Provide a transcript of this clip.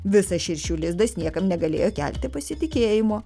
visas širšių lizdas niekam negalėjo kelti pasitikėjimo